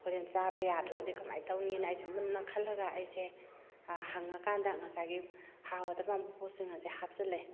ꯍꯣꯔꯦꯟ ꯆꯥꯕ ꯌꯥꯗ꯭ꯔꯒꯗꯤ ꯀꯃꯥꯏꯅ ꯇꯧꯅꯤ ꯑꯅ ꯑꯩꯁꯦ ꯃꯨꯟꯅ ꯈꯟꯂꯒ ꯑꯩꯁꯦ ꯍꯡꯉꯥ ꯀꯥꯟꯗ ꯉꯁꯥꯏꯒꯤ ꯍꯥꯎꯒꯗꯕ ꯄꯣꯠꯁꯤꯡ ꯑꯁꯦ ꯍꯥꯞꯆꯤꯟꯂꯦ